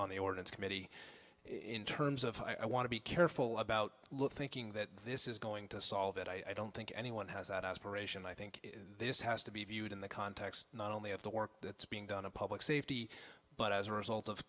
on the order committee in terms of i want to be careful about look thinking that this is going to solve it i don't think anyone has that aspiration i think this has to be viewed in the context not only of the work that's being done of public safety but as a result of